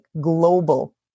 global